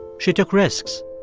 she took risks,